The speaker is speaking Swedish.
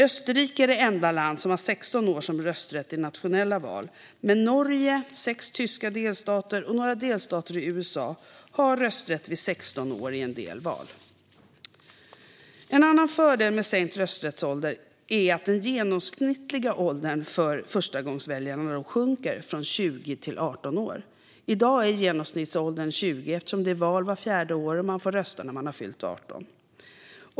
Österrike är det enda land som har 16 år som rösträtt i nationella val, men Norge, sex tyska delstater och några delstater i USA har rösträtt vid 16 år i en del val. En annan fördel med sänkt rösträttsålder är att den genomsnittliga åldern för förstagångsväljarna då sjunker från 20 till 18 år. I dag är genomsnittsåldern 20 år eftersom det är val vart fjärde år och man får rösta när man har fyllt 18 år.